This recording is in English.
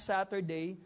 Saturday